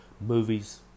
movies